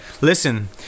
listen